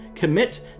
Commit